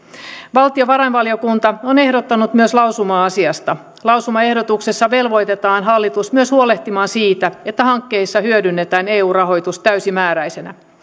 valtiovarainvaliokunta on ehdottanut myös lausumaa asiasta lausumaehdotuksessa velvoitetaan hallitus myös huolehtimaan siitä että hankkeissa hyödynnetään eu rahoitus täysimääräisenä